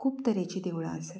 खूब तरेचीं देवळां आसात